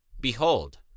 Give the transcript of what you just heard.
behold